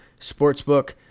sportsbook